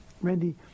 Randy